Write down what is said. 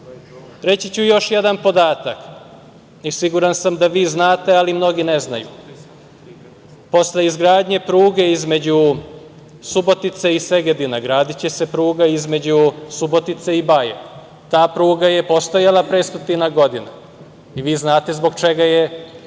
ću još jedan podatak. Siguran sam da vi znate, ali mnogi ne znaju. Posle izgradnje pruge između Subotice i Segedina gradiće se pruga između Subotice i Baje. Ta pruga je postojala pre stotinak godina. I vi znate zbog čega je